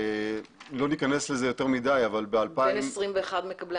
לא נכנס לזה יותר מדי אבל --- בין 21 מקבלי